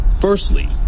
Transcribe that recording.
Firstly